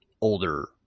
older